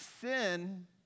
Sin